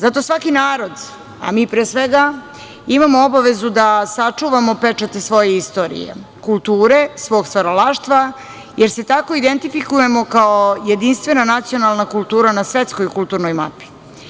Zato svaki narod, a mi pre svega imamo obavezu da sačuvamo pečate svoje istorije, kulture, svog stvaralaštva, jer se tako identifikujemo kao jedinstvena nacionalna kultura na svetskoj kulturnoj mapi.